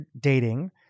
dating